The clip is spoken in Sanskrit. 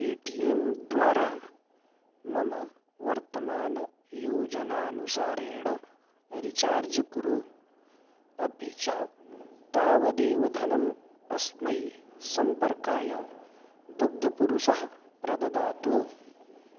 पेटियेम्द्वारा मम वर्तमानं योजनानुसारेण रिचार्ज् कुरु अपि च तावदेव धनम् अस्मै सम्पर्काय दुग्धपुरुषं प्रददातु